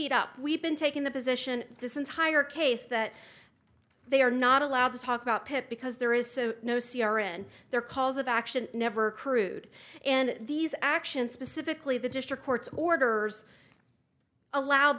d up we've been taking the position this entire case that they are not allowed to talk about pip because there is so no c r in their calls of action never crude and these actions specifically the district court's orders allowed